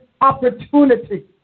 opportunity